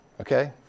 okay